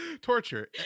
torture